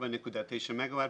4.9 מגה-ואט.